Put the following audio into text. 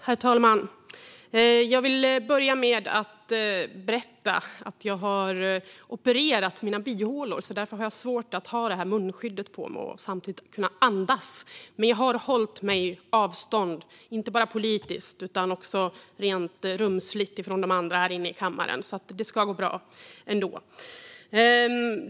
Herr talman! Jag vill börja med att berätta att jag har opererat mina bihålor, så jag har svårt att ha munskyddet på mig och samtidigt kunna andas. Men jag har hållit mig på avstånd - inte bara politiskt utan också rent rumsligt - från de andra här inne i kammaren, så det ska nog gå bra ändå.